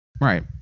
right